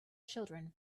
children